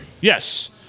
Yes